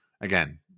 again